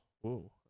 Whoa